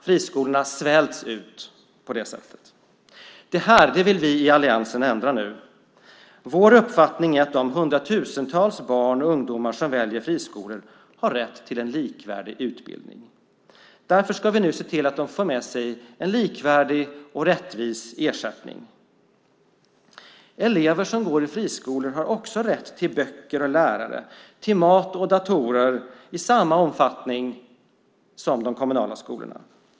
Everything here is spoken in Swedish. Friskolorna svälts ut på det sättet. Det vill vi i alliansen ändra på. Vår uppfattning är att de hundratusentals barn och ungdomar som väljer friskolor har rätt till en likvärdig utbildning. Därför ska vi nu se till att de får med sig en likvärdig och rättvis ersättning. Elever som går i friskolor har också rätt till böcker och lärare, mat och datorer i samma omfattning som eleverna i de kommunala skolorna.